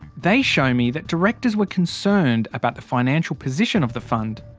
they show me that directors were concerned about the financial position of the fund.